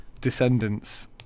descendants